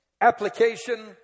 application